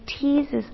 teases